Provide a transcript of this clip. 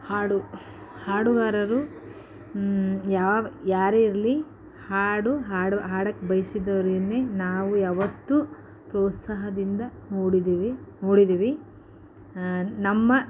ಹಾಡು ಹಾಡುಗಾರರು ಯಾವ ಯಾರೇ ಇರಲಿ ಹಾಡು ಹಾಡು ಹಾಡೋಕೆ ಬಯಸಿದವ್ರನ್ನೇ ನಾವು ಯಾವತ್ತೂ ಪ್ರೋತ್ಸಾಹದಿಂದ ನೋಡಿದ್ದೀವಿ ನೋಡಿದ್ದೀವಿ ನಮ್ಮ